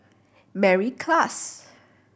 Mary Klass